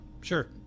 sure